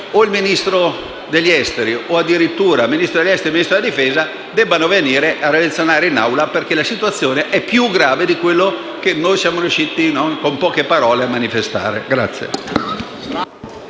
il Ministro degli affari esteri o addirittura il Ministro degli affari esteri e il Ministro della difesa insieme vengano a relazionare in Aula, perché la situazione è più grave di quella che siamo riusciti con poche parole a manifestare.